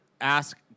ask